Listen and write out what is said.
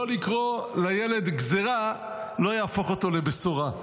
לא לקרוא לילד "גזרה", לא יהפוך אותו לבשורה.